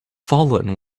fallen